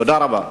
תודה רבה.